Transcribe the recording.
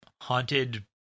haunted